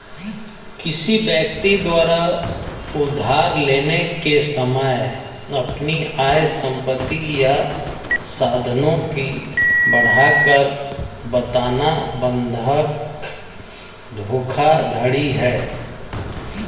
किसी व्यक्ति द्वारा उधार लेने के समय अपनी आय, संपत्ति या साधनों की बढ़ाकर बताना बंधक धोखाधड़ी है